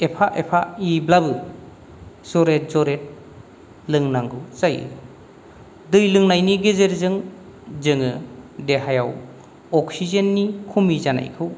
एफा एफायैब्लाबो जरेद जरेद लोंनांगौ जायो दै लोंनायनि गेजेरजों जोङो देहायाव अक्सिजेननि खम जानायखौ